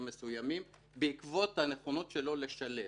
מסוימים בעקבות הנכונות שלו לשלם.